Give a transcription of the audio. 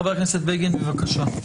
חבר הכנסת בגין.